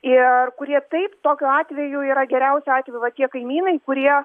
ir kurie taip tokiu atveju yra geriausiu atveju va tie kaimynai kurie